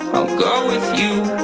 go with you.